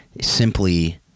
simply